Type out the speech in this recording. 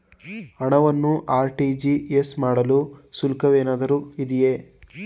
ಹಣವನ್ನು ಆರ್.ಟಿ.ಜಿ.ಎಸ್ ಮಾಡಲು ಶುಲ್ಕವೇನಾದರೂ ಇದೆಯೇ?